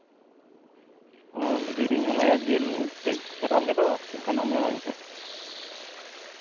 ᱚ ᱞᱟᱹᱭᱫᱟᱹᱧ ᱦᱚᱞᱟᱭᱟ ᱡᱤᱞ ᱠᱟᱹᱡ ᱠᱷᱟᱨᱟᱯ ᱠᱚᱫᱚ ᱪᱮᱫ ᱠᱟᱜᱱᱟᱜ ᱮᱢ ᱮᱢᱟᱫᱤᱧ ᱛᱟᱦᱮᱸᱜ